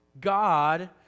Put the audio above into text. God